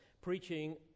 preaching